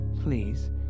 please